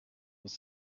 was